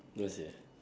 ya sia